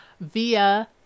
via